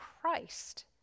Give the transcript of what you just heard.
Christ